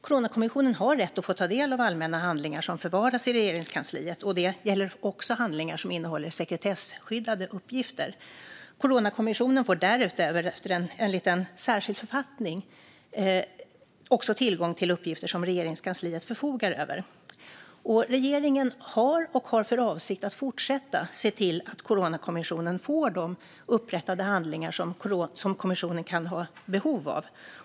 Coronakommissionen har rätt att få ta del av allmänna handlingar som förvaras i Regeringskansliet. Det gäller också handlingar som innehåller sekretesskyddade uppgifter. Coronakommissionen får därutöver, enligt en särskild författning, tillgång till uppgifter som Regeringskansliet förfogar över. Regeringen har sett till och har för avsikt att fortsätta se till att Coronakommissionen får de upprättade handlingar som kommissionen kan ha behov av.